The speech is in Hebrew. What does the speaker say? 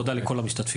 תודה לכל המשתתפים.